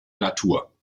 natur